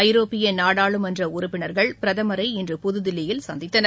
ஐரோப்பியநாடாளுமன்றஉறுப்பினர்கள் பிரதமரை இன்று புதுதில்லியில் சந்தித்தனர்